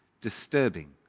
disturbing